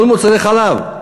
כל מוצרי החלב,